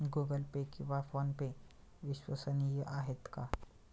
Google Pay किंवा PhonePe विश्वसनीय आहेत का?